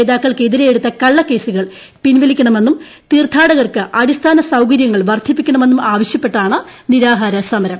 നേതാക്കൾക്കെതിരെ എടുത്ത കള്ളക്കേസുകൾ പിൻവലിക്കണമെന്നും തീർത്ഥാടകർക്ക് അടിസ്ഥാന സൌകര്യങ്ങൾ വർദ്ധിപ്പിക്കണമെന്നും ആവശ്യപ്പെട്ടാണ് നിരാഹാര സമരം